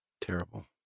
Terrible